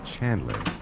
Chandler